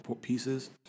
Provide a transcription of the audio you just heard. pieces